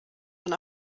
von